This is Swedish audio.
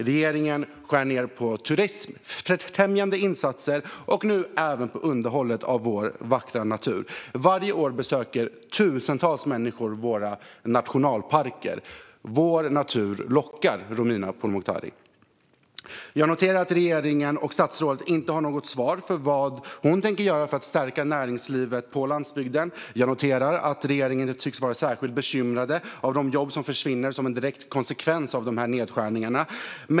Regeringen skär ned på turismfrämjande insatser och nu även på underhållet av vår vackra natur. Varje år besöker tusentals människor våra nationalparker. Vår natur lockar, Romina Pourmokhtari. Jag noterar att regeringen och statsrådet inte har svar på vad de tänker göra för att stärka näringslivet på landsbygden. Jag noterar också att regeringen inte tycks vara särskilt bekymrad över de jobb som försvinner som en direkt konsekvens av nedskärningarna.